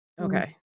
Okay